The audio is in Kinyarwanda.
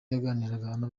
yaganirizaga